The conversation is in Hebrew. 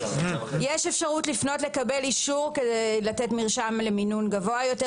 יש אפשרות לפנות לקבל אישור כדי לתת מרשם למינון גבוה יותר,